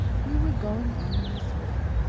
we were going on in this way,